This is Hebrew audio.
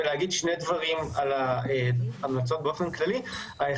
ולהגיד שני דברים על ההמלצות באופן כללי: א',